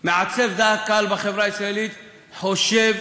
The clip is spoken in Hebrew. מעצב דעת קהל בחברה הישראלית, חושב